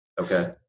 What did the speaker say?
Okay